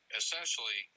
essentially